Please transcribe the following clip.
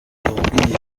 yabwiye